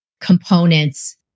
components